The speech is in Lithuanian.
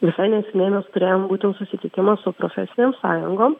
visai neseniai mes turėjom būtent susitikimą su profesinėm sąjungom